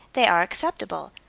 they are acceptable,